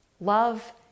love